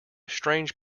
strange